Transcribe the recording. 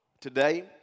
today